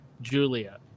Julia